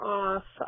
off